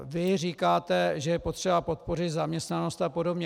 Vy říkáte, že je třeba podpořit zaměstnanost apod.